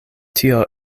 tio